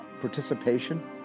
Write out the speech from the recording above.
participation